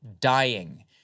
dying